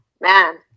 man